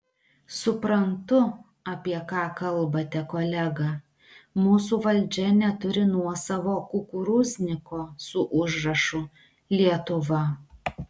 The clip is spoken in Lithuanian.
suprantu apie ką kalbate kolega mūsų valdžia neturi nuosavo kukurūzniko su užrašu lietuva